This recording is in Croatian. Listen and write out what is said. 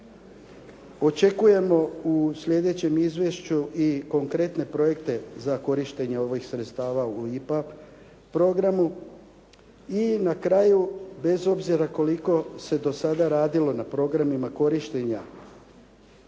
Očekujemo u sljedećem izvješću i konkretne projekte za korištenje ovih sredstava u IPA programu. I na kraju, bez obzira koliko se do sada radilo na programima korištenja,